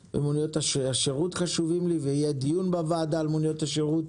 מכיוון שמוניות השירות חשובות לי יהיה דיון בוועדה על מוניות השירות.